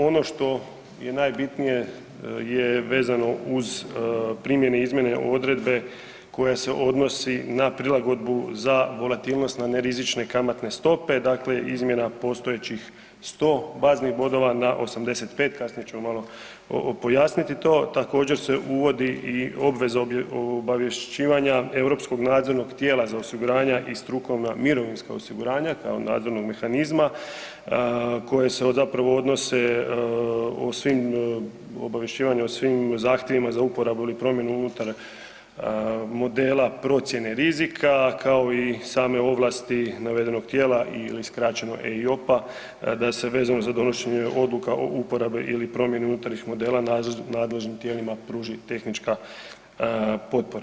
Ono što je najbitnije je vezano uz primjene i izmjene odredbe koja se odnosi na prilagodbu za volatilnost na nerizične kamatne stope, dakle izmjena postojećih 100 baznih bodova na 85, kasnije ću vam malo pojasniti to, također se uvodi i obveza obavješćivanja europskog nadzornog tijela za osiguranja i strukovna mirovinska osiguranja kao nadzornog mehanizma koje se zapravo odnose o svim, obavješćivanja o svim zahtjevima za uporabu ili promjenu unutar modela procjene rizika kao i same ovlasti navedenog tijela ili skraćeno EIOPA da se vezano za donošenje odluka o uporabe ili promjene unutarnjih modela nadležnim tijelima pruži tehnička potpora.